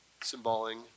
symboling